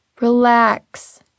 Relax